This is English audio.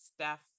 Steph